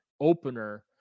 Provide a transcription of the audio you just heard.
opener